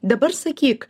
dabar sakyk